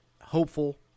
hopeful